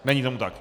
Není tomu tak.